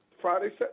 Friday